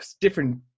Different